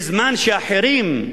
בזמן שאחרים,